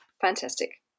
Fantastic